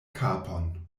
kapon